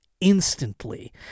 instantly